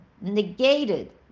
negated